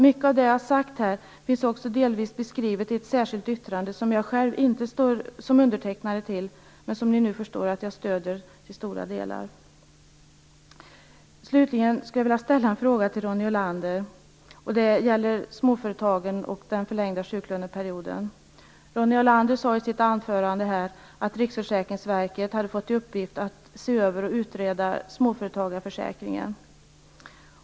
Mycket av det som jag här har sagt finns delvis beskrivet i ett särskilt yttrande, som jag inte själv står som undertecknare av men som kammarens ledamöter nu förstår att jag till stora delar stödjer. Olander. Den gäller småföretagen och den förlängda sjuklöneperioden. Ronny Olander sade i sitt anförande att Riksförsäkringsverket hade fått i uppgift att se över och utreda småföretagarförsäkringen.